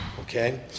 okay